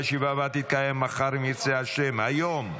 הישיבה הבאה תתקיים, אם ירצה השם, היום,